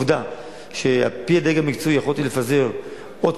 עובדה שעל-פי הדרג המקצועי יכולתי לפזר עוד